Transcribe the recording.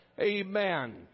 Amen